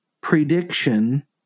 prediction